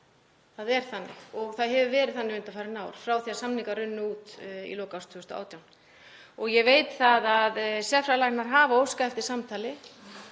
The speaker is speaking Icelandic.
Það er þannig og það hefur verið þannig undanfarin ár frá því að samningar runnu út í lok árs 2018. Ég veit að sérfræðilæknar hafa óskað eftir samtali